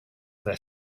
their